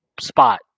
spot